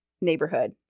neighborhood